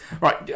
Right